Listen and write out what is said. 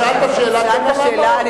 שאלת שאלה, תן גם לענות.